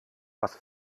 was